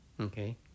okay